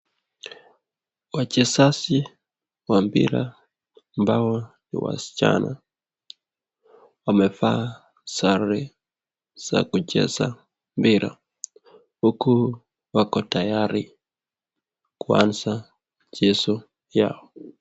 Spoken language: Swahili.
Wachezaji wa mpira ambao ni wasichana wamevaa sare za kucheza mpira huku wako tayari kucheza mchezo yao.